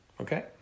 Okay